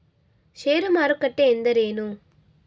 ಷೇರು ಮಾರುಕಟ್ಟೆ ಎಂದರೇನು?